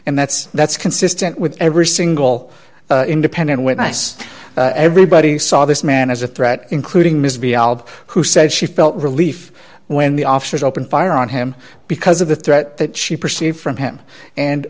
and that's that's consistent with every single independent witness everybody saw this man as a threat including ms bialek who said she felt relief when the officers opened fire on him because of the threat that she perceived from him and